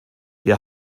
wir